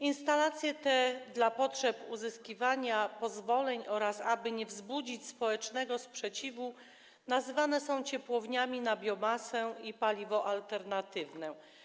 Instalacje te - dla potrzeb uzyskiwania pozwoleń oraz aby nie wzbudzić sprzeciwu społecznego - nazywane są ciepłowniami na biomasę i paliwo alternatywne.